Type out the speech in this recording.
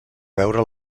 veure